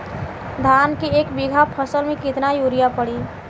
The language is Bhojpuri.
धान के एक बिघा फसल मे कितना यूरिया पड़ी?